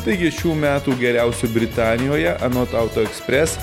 taigi šių metų geriausiu britanijoje anot auto ekspres